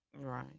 right